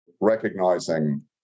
recognizing